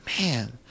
man